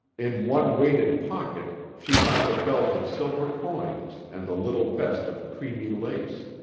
in one weighted pocket she found a belt of silver coins and a little vest of creamy lace.